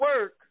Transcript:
work